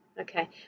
Okay